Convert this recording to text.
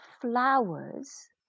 flowers